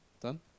Done